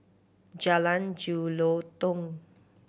Jalan Jelutong